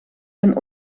ten